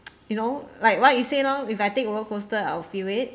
you know like what you say lor if I take rollercoaster I will feel it